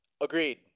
Agreed